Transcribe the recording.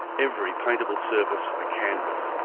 every paintable surface a canvas,